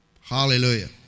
Hallelujah